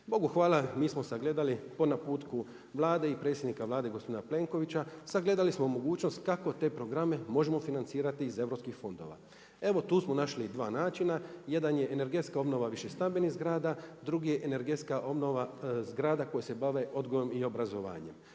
Bogu hvala, mi smo sagledali po naputku Vlade i predsjednika Vlade gospodina Plenkovića. Sagledali smo mogućnost kako te programe možemo financirati iz europskih fondova. Evo tu smo našli i dva načina. Jedan je energetska obnova višestambenih zgrada, drugi je energetska obnova zgrada koje se bave odgojom i obrazovanjem.